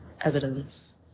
evidence